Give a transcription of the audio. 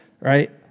Right